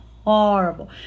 Horrible